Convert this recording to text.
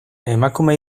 emakume